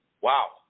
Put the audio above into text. Wow